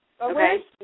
Okay